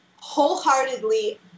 wholeheartedly